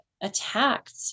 attacked